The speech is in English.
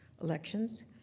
elections